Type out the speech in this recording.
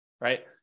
right